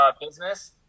Business